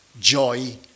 joy